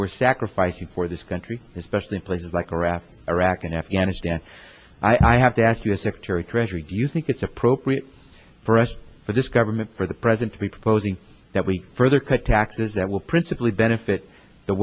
are sacrificing for this country especially in places like a raft iraq and afghanistan i have to ask you a secretary of treasury do you think it's appropriate for us for this government for the present to be proposing that we further cut taxes that will principally benefit the